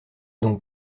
donc